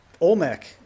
Olmec